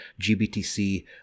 GBTC